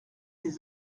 des